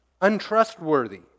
untrustworthy